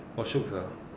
我术科